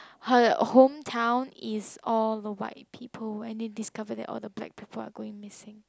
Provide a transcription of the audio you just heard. her hometown is all the white people when they discover that all the black people are going missing